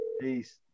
Peace